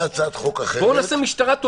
בואו נעשה משטרה טובה.